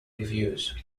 reviews